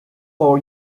four